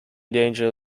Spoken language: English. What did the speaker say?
danger